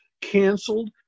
canceled